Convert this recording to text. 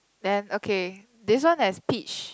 and okay this one has peach